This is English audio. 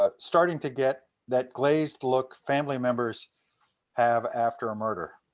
ah starting to get that glazed look family members have after a murder.